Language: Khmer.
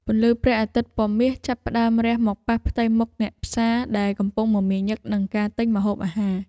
ពន្លឺព្រះអាទិត្យពណ៌មាសចាប់ផ្ដើមរះមកប៉ះផ្ទៃមុខអ្នកផ្សារដែលកំពុងមមាញឹកនឹងការទិញម្ហូបអាហារ។